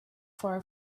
far